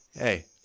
Hey